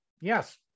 Yes